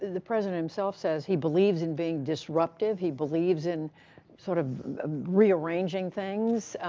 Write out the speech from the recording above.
the president himself says he believes in being disruptive, he believes in sort of rearranging things,